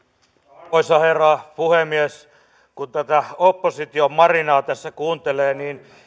arvoisa herra puhemies kun tätä opposition marinaa tässä kuuntelee niin